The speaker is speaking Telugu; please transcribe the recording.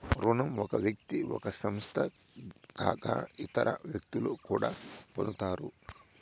రుణం ఒక వ్యక్తి ఒక సంస్థ కాక ఇతర వ్యక్తులు కూడా పొందుతారు